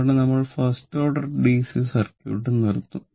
ഇതോടെ നമ്മൾ first order DC circuit നിർത്തും